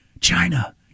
China